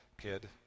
kid